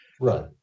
Right